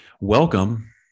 welcome